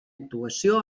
actuació